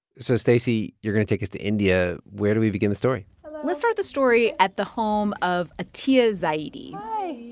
so stacey, you're going to take us to india. where do we begin the story? hello let's start the story at the home of atiya zaidi hi